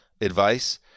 advice